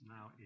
Now